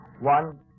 One